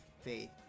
faith